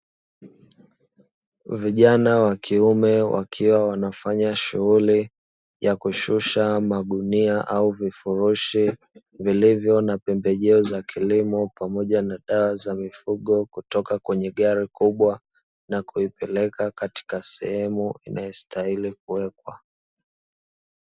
Vijana wa kiume wakiwa wanafanya shughuli ya kushusha magunia au vifurushi, vilivyo na pembejeo za kilimo pamoja na dawa za mifugo kutoka kwenye gari kubwa na kuipeleka katika sehemu inayostahili kuwekwa.